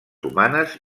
humanes